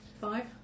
Five